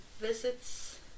visits